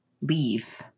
leave